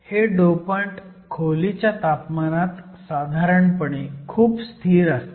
हे डोपंट खोलीच्या तापमानात साधारणपणे खूप स्थिर असतात